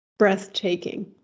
breathtaking